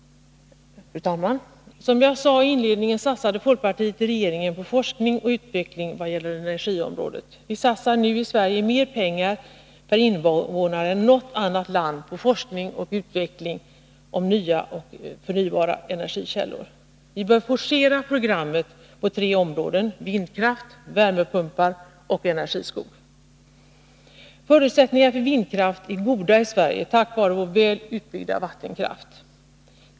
Fru talman! Som jag sade i inledningen satsade folkpartiet i regeringsställning på forskning och utveckling i vad gäller energiområdet. Vi satsar nu i Sverige mer pengar per invånare än något annat land på forskning och utveckling i fråga om nya och förnybara energikällor. Vi bör forcera programmet på tre områden: vindkraft, värmepumpar och energiskog. Förutsättningar för vindkraft är goda i Sverige, tack vare vår väl utbyggda vattenkraft.